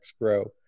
grow